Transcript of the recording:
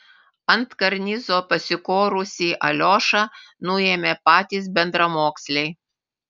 ant karnizo pasikorusį aliošą nuėmė patys bendramoksliai